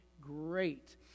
great